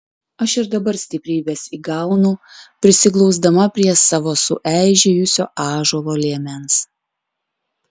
aš ir dabar stiprybės įgaunu prisiglausdama prie savo sueižėjusio ąžuolo liemens